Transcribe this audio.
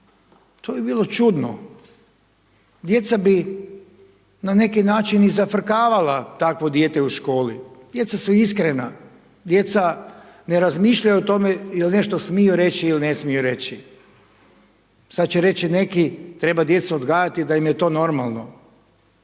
to bi bilo čudno, djeca bi i ih na neki način i zafrkavala takvo dijete u školu, djeca su iskrena, djeca ne razmišljaju o tome jel' nešto smiju reći ili ne smiju reći. Sad će reći neki treba djecu odgajati da im je to normalno.